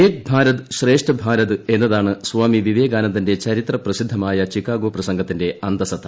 ഏക് ഭാരത് ശ്രേഷ്ഠ് ഭാരത് എന്നതാണ് സ്വാമി വിവേകാനന്ദന്റെ ചരിത്രപ്രസിദ്ധമായ ചിക്കാഗോ പ്രസംഗത്തിന്റെ അന്തഃസത്ത